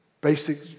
basic